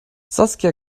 saskia